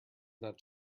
not